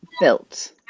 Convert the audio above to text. built